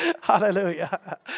Hallelujah